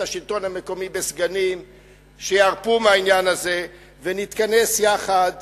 השלטון המקומי בסגנים שירפו מהעניין הזה ונתכנס יחד